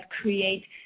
create